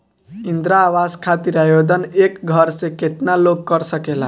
इंद्रा आवास खातिर आवेदन एक घर से केतना लोग कर सकेला?